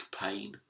pain